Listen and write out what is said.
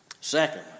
Second